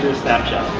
snapchat.